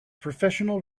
professional